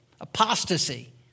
apostasy